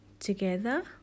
together